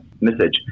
message